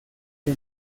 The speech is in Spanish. que